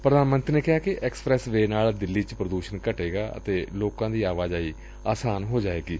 ਪੁਧਾਨ ਮੰਤਰੀ ਨੇ ਕਿਹਾ ਕਿ ਐਕਸਪ੍ਰੈਸ ਵੇਅ ਨਾਲ ਦਿੱਲੀ ਚ ਪ੍ਰੰਦੁਸ਼ਣ ਘਟੇਗਾ ਅਤੇ ਲੋਕਾ ਦੀ ਆਵਾਜਾਈ ਆਸਾਨ ਹੋ ਜਾਏਗੀ